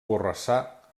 borrassà